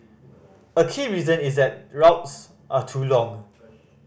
a key reason is that routes are too long